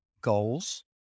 goals